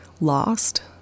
lost